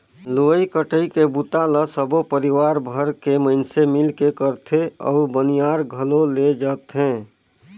लुवई कटई के बूता ल सबो परिवार भर के मइनसे मिलके करथे अउ बनियार घलो लेजथें